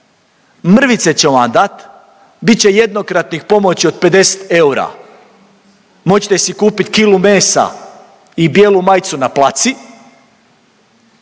mrvice ćemo vam dati, bit će jednokratnih pomoći od 50 eura, moći ćete si kupiti kilu mesa i bijelu majicu na placi,